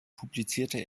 publizierte